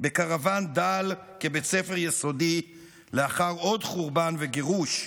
בקרוואן דל כבית ספר יסודי לאחר עוד חורבן וגירוש,